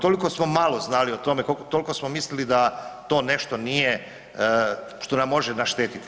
Toliko smo malo znali o tome, toliko smo mislili da to nešto nije što nam može naštetiti.